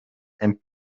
and